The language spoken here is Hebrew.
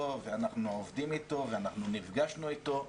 ואנחנו עובדים איתו ואנחנו נפגשנו איתו.